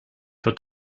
wird